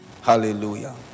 Hallelujah